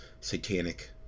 satanic